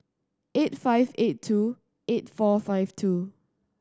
eight five eight two eight four five two